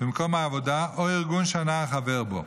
במקום העבודה או ארגון שהנער חבר בו.